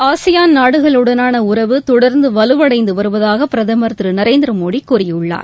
ASEAN நாடுகளுடனான உறவு தொடர்ந்து வலுவடைந்து வருவதாக பிரதமர் திரு நரேந்திர மோடி கூறியுள்ளார்